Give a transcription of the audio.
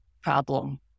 problem